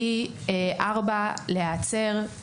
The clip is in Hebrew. פי ארבע להיעצר,